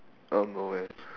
I don't know man